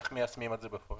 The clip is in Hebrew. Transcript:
איך מיישמים את זה בפועל?